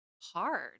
hard